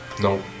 No